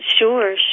Sure